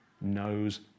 knows